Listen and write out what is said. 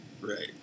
Right